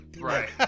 Right